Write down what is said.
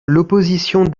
l’opposition